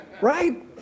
Right